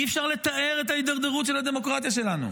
אי-אפשר לתאר את ההידרדרות של הדמוקרטיה שלנו.